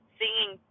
singing